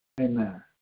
Amen